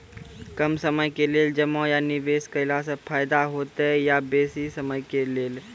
कम समय के लेल जमा या निवेश केलासॅ फायदा हेते या बेसी समय के लेल?